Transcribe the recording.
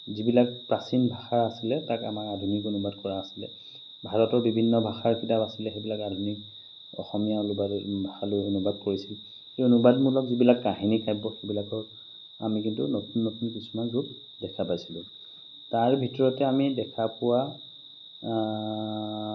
যিবিলাক প্ৰাচীন ভাষা আছিলে তাক আমাৰ আধুনিক অনুবাদ কৰা আছিলে ভাৰতৰ বিভিন্ন ভাষাৰ কিতাপ আছিলে সেইবিলাক আধুনিক অসমীয়া অনুবাদ ভাষালৈ অনুবাদ কৰিছিল সেই অনুবাদমূলক যিবিলাক কাহিনী কাব্য সেইবিলাকৰ আমি কিন্তু নতুন নতুন কিছুমান ৰূপ দেখা পাইছিলোঁ তাৰ ভিতৰতে আমি দেখা পোৱা